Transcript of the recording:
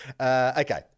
Okay